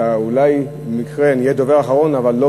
אולי במקרה אני אהיה דובר אחרון אבל אני